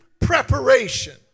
preparation